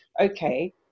okay